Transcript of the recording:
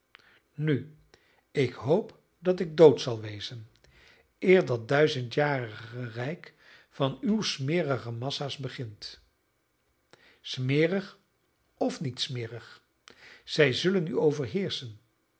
nu ik hoop dat ik dood zal wezen eer dat duizendjarige rijk van uwe smerige massa's begint smerig of niet smerig zij zullen u overheerschen